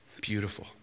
Beautiful